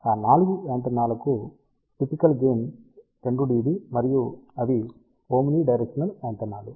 ఆ 4 యాంటెన్నాలకు typical gain 2 dB మరియు అవి ఓమ్నిడైరెక్షనల్ యాంటెన్నాలు